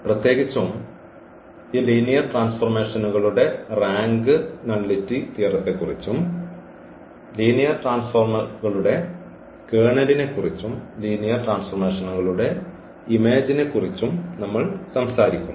പ്രത്യേകിച്ചും ഈ ലീനിയർ ട്രാൻസ്ഫോർമേഷനുകളുടെ റാങ്ക് നള്ളിറ്റി തിയറത്തെക്കുറിച്ചും ലീനിയർ ട്രാൻസ്ഫോർമേഷനുകളുടെ കേർണലിനെക്കുറിച്ചും ലീനിയർ ട്രാൻസ്ഫോർമേഷനുകളുടെ ഇമേജിനെക്കുറിച്ചും നമ്മൾ സംസാരിക്കും